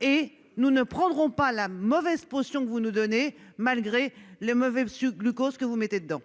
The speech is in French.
et nous ne prendrons pas la mauvaise position que vous nous donnez malgré le mauvais glucose que vous mettez dedans.